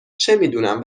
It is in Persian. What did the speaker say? چمیدونم